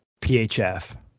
phf